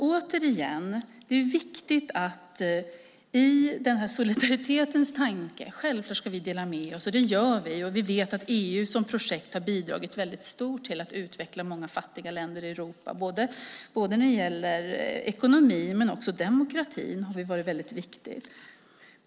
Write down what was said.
Återigen: Det är viktigt med solidaritetstanken. Självklart ska vi dela med oss, och det gör vi också. Vi vet att EU som projekt har bidragit stort till att utveckla många fattiga länder i Europa när det gällt ekonomin men också demokratin.